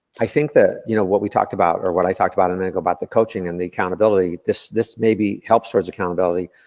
i think that, you know what we talked about, or what i talked about a minute ago, about the coaching and the accountability. this this maybe helps towards accountability,